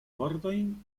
vortojn